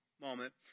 moment